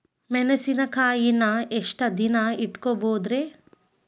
ಮೆಣಸಿನಕಾಯಿನಾ ಎಷ್ಟ ದಿನ ಇಟ್ಕೋಬೊದ್ರೇ?